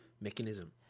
mechanism